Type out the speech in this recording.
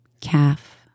calf